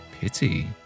Pity